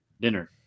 dinner